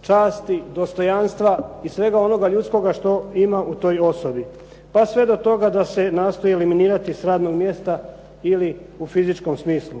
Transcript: časti, dostojanstva i svega onoga ljudskoga što ima u toj osobi, pa sve do toga da se nastoji eliminirati s radnog mjesta ili u fizičkom smislu.